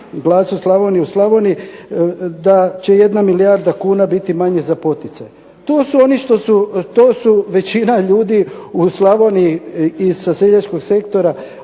u Slavoniji da će 1 milijarda kuna biti manje za poticaje. To su većina ljudi u Slavoniji, sa seljačkog sektora